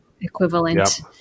equivalent